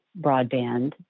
broadband